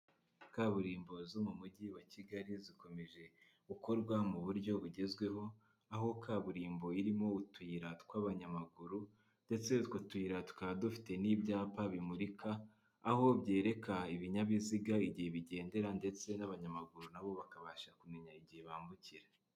Kaburimbo zo mu mujyi wa Kigali zikomeje gukorwa mu buryo bugezweho, aho kaburimbo irimo utuyira tw'abanyamaguru ndetse utwo tuyira tukaba dufite n'ibyapa bimurika, aho byereka ibinyabiziga igihe bigendera ndetse n'abanyamaguru nabo bakabasha kumenya igihe bambukira.